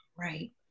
Right